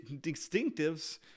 distinctives